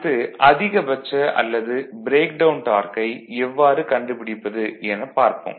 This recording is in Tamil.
அடுத்து அதிகபட்ச அல்லது ப்ரேக்டவுன் டார்க்கை எவ்வாறு கண்டுபிடிப்பது எனப் பார்ப்போம்